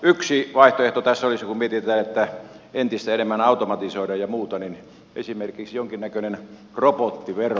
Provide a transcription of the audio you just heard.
yksi vaihtoehto tässä olisi kun mietitään että entistä enemmän automatisoidaan ja muuta esimerkiksi jonkinnäköinen robottivero